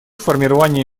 формирования